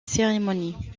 cérémonie